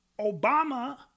Obama